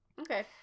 Okay